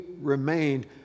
remained